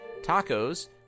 tacos